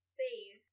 save